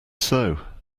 sew